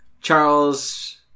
Charles